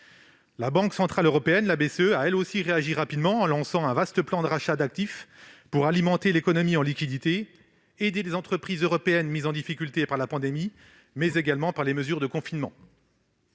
La Banque centrale européenne a, elle aussi, réagi rapidement, en lançant un vaste plan de rachat d'actifs pour alimenter l'économie en liquidités et aider les entreprises européennes mises en difficulté par la pandémie et les mesures de confinement.